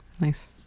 Nice